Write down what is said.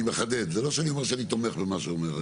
זה לא שאני אומר שאני תומך במה שאתה אומר.